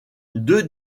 deux